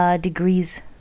degrees